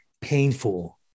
painful